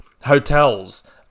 hotels